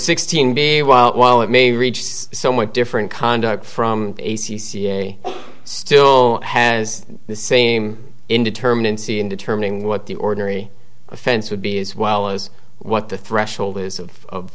sixteen be a while while it may reach somewhat different conduct from a c c a still has the same indeterminancy in determining what the ordinary offense would be as well as what the threshold is of